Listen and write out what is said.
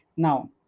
Now